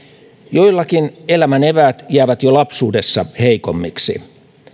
joillakin elämän eväät jäävät jo lapsuudessa heikommiksi